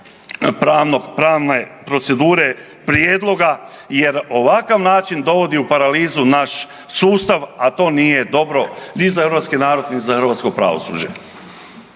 pravne procedure prijedloga jer ovakav način dovodi u paralizu naš sustav, a to nije dobro ni za hrvatski narod ni za hrvatsko pravosuđe.